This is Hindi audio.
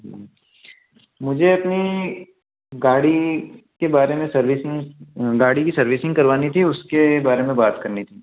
मुझे अपनी गाड़ी के बारे में सर्विसिंग गाड़ी की सर्विसिंग करवानी थी उसके बारे में बात करनी थी